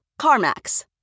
CarMax